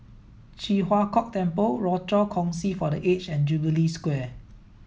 Ji Huang Kok Temple Rochor Kongsi for the Aged and Jubilee Square